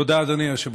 תודה, אדוני היושב-ראש.